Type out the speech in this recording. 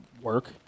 work